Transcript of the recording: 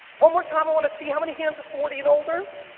one more time, i wanna see how many hands of forty and older?